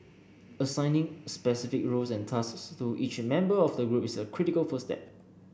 assigning specific roles and tasks to each member of the group is a critical first step